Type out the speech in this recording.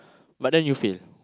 but then you fail